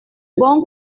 bon